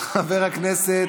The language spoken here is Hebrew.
חבר הכנסת